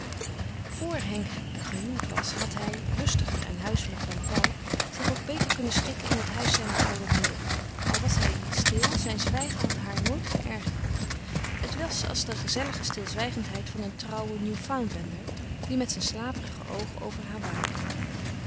vor henk gehuwd was had hij rustiger en huiselijker dan paul zich ook beter kunnen schikken in het huis zijner oude moeder al was hij stil zijn zwijgen had haar nooit geërgerd het was als de gezellige stilzwijgendheid van een trouwen new foundlander die met zijn slaperige oogen over haar waakte